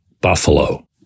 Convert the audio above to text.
Buffalo